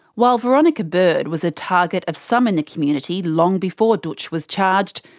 while veronica bird was a target of some in the community long before dootch was charged,